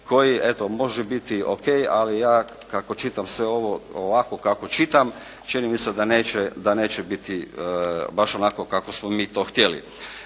eto može biti ok, ali ja kako čitam sve ovo ovako kako čitam, čini mi se da neće biti baš onako kako smo mi to htjeli.